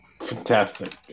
fantastic